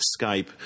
skype